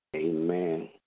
Amen